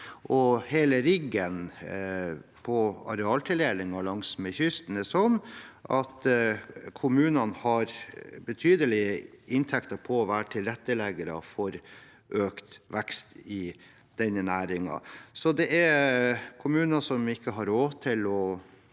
Hele riggingen av arealtildelinger langs kysten er sånn at kommunene har betydelige inntekter fra å være tilretteleggere for økt vekst i denne næringen. Det er kommuner som ikke har råd til å